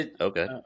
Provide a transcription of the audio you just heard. Okay